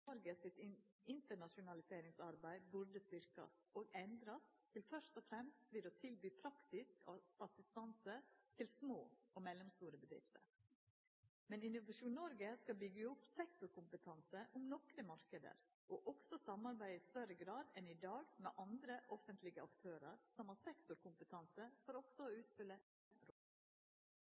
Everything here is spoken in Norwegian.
Norge sitt internasjonaliseringsarbeid burde styrkjast og endrast til først og fremst å tilby praktisk assistanse til små og mellomstore bedrifter. Men Innovasjon Norge skal byggja opp sektorkompetanse på nokre marknader og også samarbeida i større grad enn i dag med andre offentlege aktørar som har sektorkompetanse, for også å